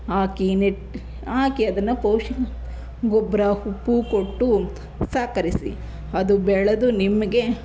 ಹಾಕಿ net ಹಾಕಿ ಅದನ್ನು ಪೌಷ್ಟಿಕಾಂಶ ಗೊಬ್ಬರ ಉಪ್ಪು ಕೊಟ್ಟು ಸಹಕರಿಸಿ ಅದು ಬೆಳೆದು ನಿಮಗೆ